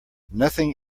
nothing